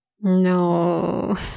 No